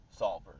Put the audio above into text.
Solvers